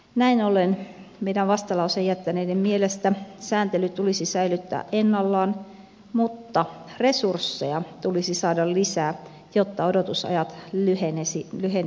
näin ollen meidän vastalauseen jättäneiden mielestä sääntely tulisi säilyttää ennallaan mutta resursseja tulisi saada lisää jotta odotusajat lyhenisivät